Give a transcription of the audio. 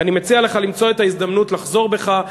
ואני מציע לך למצוא את ההזדמנות לחזור בך.